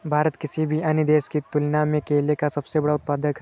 भारत किसी भी अन्य देश की तुलना में केले का सबसे बड़ा उत्पादक है